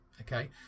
Okay